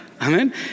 Amen